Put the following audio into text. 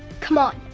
come on!